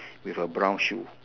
with a brown shoe